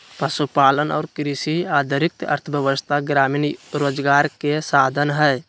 पशुपालन और कृषि आधारित अर्थव्यवस्था ग्रामीण रोजगार के साधन हई